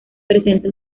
presenta